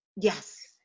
Yes